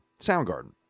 Soundgarden